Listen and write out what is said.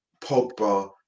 pogba